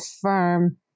firm